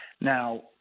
Now